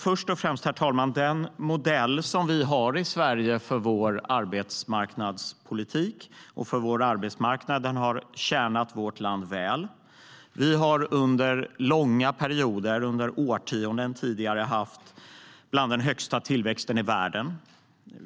Vår arbetsmarknadspolitik och den modell som vi har i Sverige för vår arbetsmarknad har tjänat vårt land väl. Sverige har under långa perioder, under årtionden, varit ett av de länder som har haft den högsta tillväxten i världen.